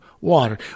water